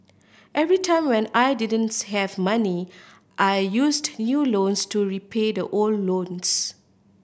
every time when I didn't have money I used new loans to repay thte old loans